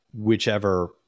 whichever